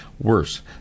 Worse